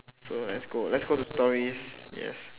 so let's go let's go to stories yes